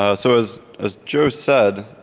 so so as as joe said,